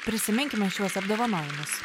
prisiminkime šiuos apdovanojimus